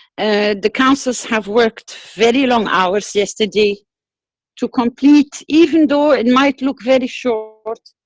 and the councils have worked very long hours yesterday to complete, even though it might look very short.